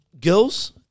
girls